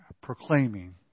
proclaiming